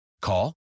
Call